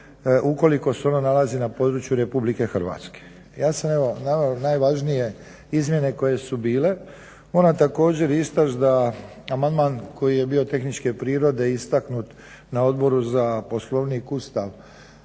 ukoliko se ona nalazi na području Republike Hrvatske. Ja sam evo naveo najvažnije izmjene koje su bile. Moram također istać da amandman koji je bio tehničke prirode istaknut na Odboru za Poslovnik, Ustav